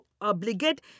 obligate